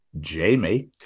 Jamie